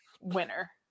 winner